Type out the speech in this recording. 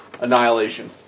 Annihilation